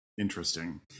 interesting